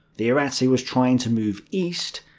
the ariete was trying to move east,